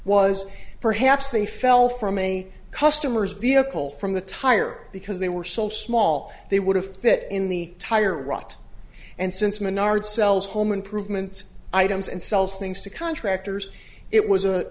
was perhaps they fell from a customer's vehicle from the tire because they were so small they would have fit in the tire rut and since menard sells home improvement items and sells things to contractors it was a